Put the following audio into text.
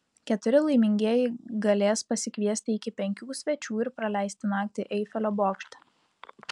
keturi laimingieji galės pasikviesti iki penkių svečių ir praleisti naktį eifelio bokšte